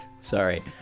Sorry